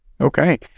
Okay